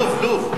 לוב, לוב.